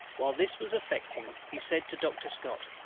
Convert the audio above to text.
while this was effecting, he said to doctor scott,